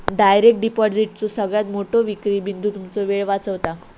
direct डिपॉजिटचो सगळ्यात मोठो विक्री बिंदू तुमचो वेळ वाचवता